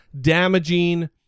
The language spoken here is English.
damaging